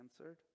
answered